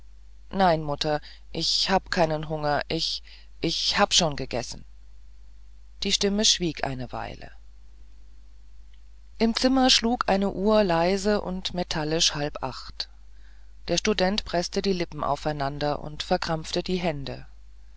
nein mutter ich hab keinen hunger ich ich hab schon gegessen die stimme schwieg eine weile im zimmer schlug eine uhr leise und metallisch halb acht der student preßte die lippen aufeinander und verkrampfte die hände